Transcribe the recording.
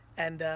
and,